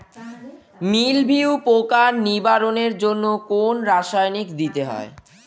মিলভিউ পোকার নিবারণের জন্য কোন রাসায়নিক দিতে হয়?